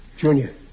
Junior